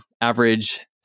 average